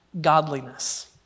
godliness